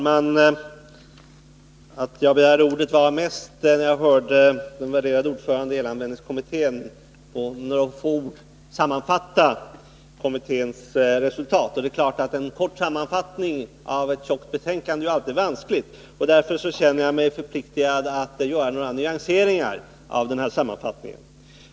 Fru talman! Jag begärde ordet sedan jag hört den värderade ordföranden i elanvändningskommittén sammanfatta kommitténs resultat. Det är klart att det alltid är vanskligt att göra en kort sammanfattning av ett tjockt betänkande, och därför känner jag mig förpliktad att göra några nyanseringar av denna sammanfattning.